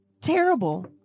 terrible